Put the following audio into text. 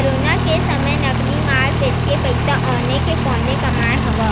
corona के समे नकली माल बेचके पइसा औने के पौने कमाए हवय